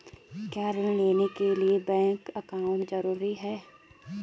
क्या ऋण लेने के लिए बैंक अकाउंट होना ज़रूरी है?